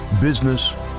business